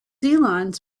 lines